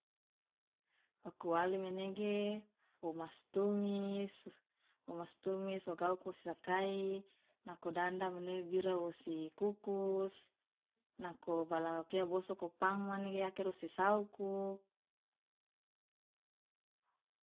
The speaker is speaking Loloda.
okuali manege wo mastumis womastumis ogauku ossakai nako danda nege bira wosi kukus nako okia bosoko pang manege akere wosi sauku.